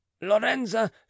lorenza